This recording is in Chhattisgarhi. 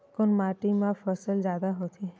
कोन माटी मा फसल जादा होथे?